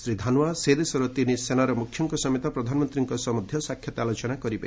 ଶ୍ରୀ ଧାନୋଆ ସେ ଦେଶର ତିନି ସେନାର ମୁଖ୍ୟଙ୍କ ସମେତ ପ୍ରଧାନମନ୍ତ୍ରୀଙ୍କ ସହ ମଧ୍ୟ ସାକ୍ଷାତ ଆଲୋଚନା କରିବେ